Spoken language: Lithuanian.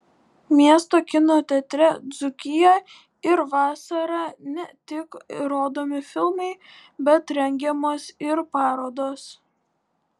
miesto kino teatre dzūkija ir vasarą ne tik rodomi filmai bet rengiamos ir parodos